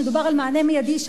מדובר על מענה מיידי,